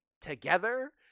together